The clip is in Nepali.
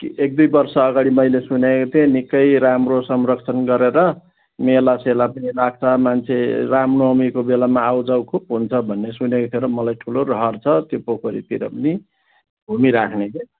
एक दुई वर्ष अगाडि मैले सुनेको थिए निकै राम्रो संरक्षण गरेर मेला सेला पनि लाग्छ मान्छे राम नवमीको बेलामा आउ जाउ खुप हुन्छ भन्ने सुनेको थिएँ र मलाई ठुलो रहर छ त्यो पोखरीतिर पनि घुमिराख्ने के